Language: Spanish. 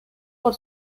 por